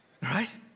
right